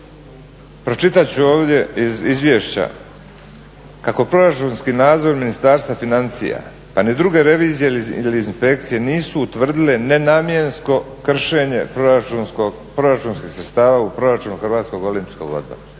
pročitat ću ovdje iz izvješća kako proračunski nadzor Ministarstva financija, pa ni druge revizije ili inspekcije nisu utvrdile nenamjensko kršenje proračunskih sredstava u proračunu Hrvatskog olimpijskog odbora.